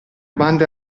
bande